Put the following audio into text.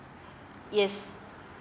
yes